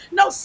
no